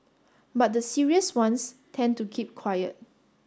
but the serious ones tend to keep quiet